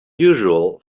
usual